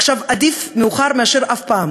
עדיף מאוחר מאשר אף פעם.